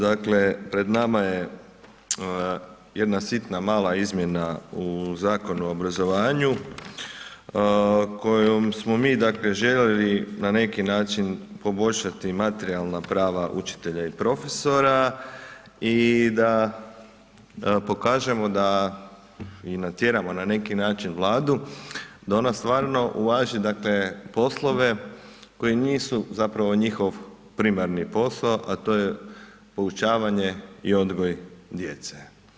Dakle pred nama je jedna sitna mala izmjena u Zakonu o obrazovanju kojom smo mi željeli na neki način poboljšati materijalna prava učitelja i profesora i da pokažemo da i natjeramo na neki način Vladu da ona stvarno uvaži poslove koji nisu njihov primarni posao, a to je poučavanje i odgoj djece.